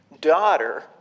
daughter